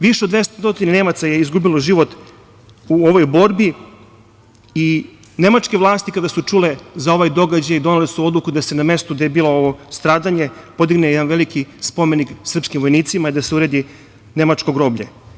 Više od 200 Nemaca je izgubilo život u ovoj borbi i nemačke vlasti kada su čule za ovaj događaj doneli su odluku da se na mestu gde je bilo ovo stradanje podigne jedan veliki spomenik srpskim vojnicima i da se uredi nemačko groblje.